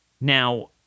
Now